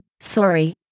sorry